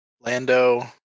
Lando